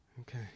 okay